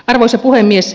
arvoisa puhemies